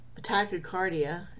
tachycardia